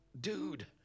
dude